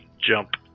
Jump